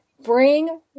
bring